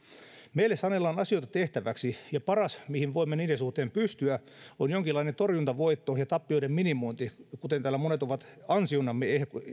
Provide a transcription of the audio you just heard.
meille sanellaan asioita tehtäväksi ja paras mihin voimme niiden suhteen pystyä on jonkinlainen torjuntavoitto ja tappioiden minimointi kuten täällä monet ovat ansionamme